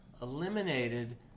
eliminated